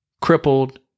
crippled